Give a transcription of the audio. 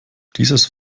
dieses